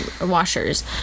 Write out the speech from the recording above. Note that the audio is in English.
washers